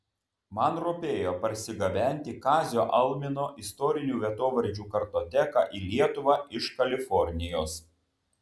man rūpėjo parsigabenti kazio almino istorinių vietovardžių kartoteką į lietuvą iš kalifornijos